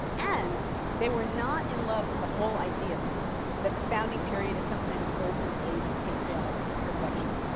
and they were not in love with the whole idea that the founding period is some kind of golden age of patriotic perfection.